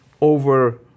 over